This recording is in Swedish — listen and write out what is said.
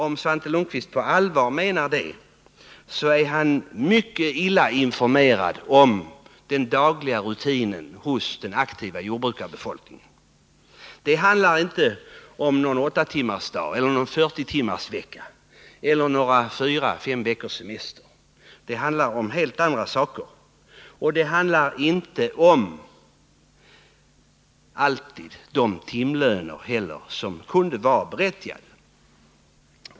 Om Svante Lundkvist på allvar menar det, är han mycket illa informerad om den dagliga rutinen hos den aktiva jordbrukarbefolkningen. Det handlar inte om någon åttatimmarsdag eller någon fyrtiotimmarsvecka eller några fyra å fem veckors semester. Det handlar heller inte alltid om de timlöner som kunde vara berättigade.